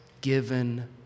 given